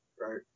right